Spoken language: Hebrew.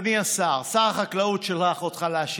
שר החקלאות שלח אותך להשיב.